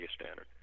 standard